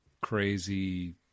crazy